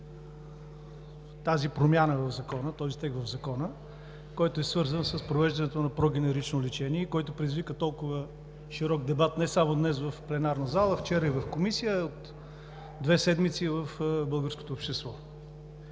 за промяна в Закона, който е свързан с провеждането на прогенерично лечение и който предизвика толкова широк дебат не само днес в пленарната зала, вчера и в Комисията, а от две седмици и в българското общество?